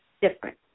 different